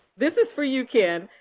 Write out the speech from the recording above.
this is for you, ken.